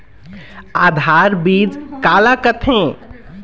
आधार बीज का ला कथें?